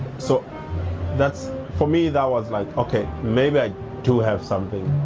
so that's, for me that was, like okay, maybe i do have something.